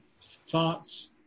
thoughts